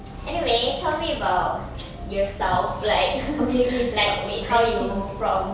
anyway tell me about yourself like like how you from